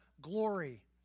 glory